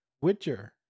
witcher